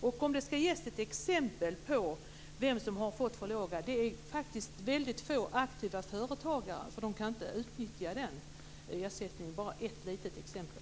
Som ett exempel på vilka som har för dåliga villkor kan jag nämna att det är väldigt få aktiva företagare som är nämndemän. De kan nämligen inte utnyttja den här ersättningen. Det är bara ett litet exempel.